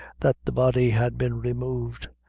that the body had been removed,